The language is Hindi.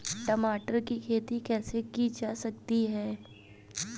टमाटर की खेती कैसे की जा सकती है?